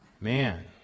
Man